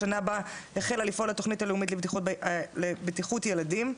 השנה בה החלה לפעול התוכנית הלאומית לבטיחות ילדים.